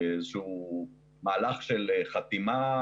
מהלך של חתימה